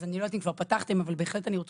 אז אני לא יודעת אם כבר פתחתם אבל אני רוצה לומר,